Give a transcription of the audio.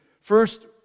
First